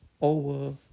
over